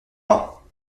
pas